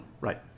Right